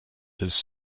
his